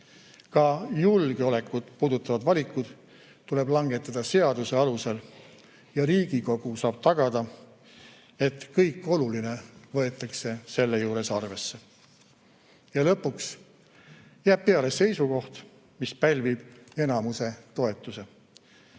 Ka julgeolekut puudutavad valikud tuleb langetada seaduse alusel ja Riigikogu saab tagada, et kõik oluline võetakse selle juures arvesse. Ja lõpuks jääb peale seisukoht, mis pälvib enamuse toetuse.